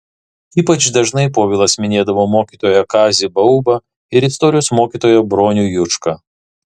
ypač dažnai povilas minėdavo mokytoją kazį baubą ir istorijos mokytoją bronių jušką